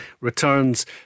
returns